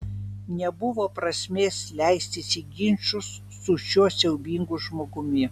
nebuvo prasmės leistis į ginčus su šiuo siaubingu žmogumi